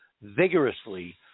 vigorously